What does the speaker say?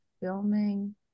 filming